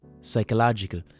psychological